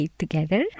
together